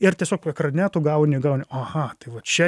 ir tiesiog ekrane tu gauni gauni aha tai va čia